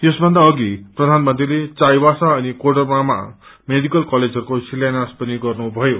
यसभन्दा अघि प्रधानमंत्रीले चाइबासा अनि कोडरमामा मेडिकल कलेजहरूको शिलान्यास पनि गर्नुभयो